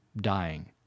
dying